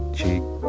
cheek